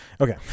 Okay